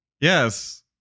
yes